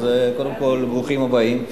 קודם כול, ברוכים הבאים.